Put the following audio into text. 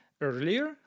earlier